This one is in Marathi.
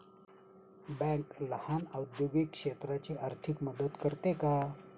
बँक लहान औद्योगिक क्षेत्राची आर्थिक मदत करते का?